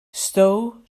stow